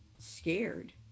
scared